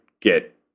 get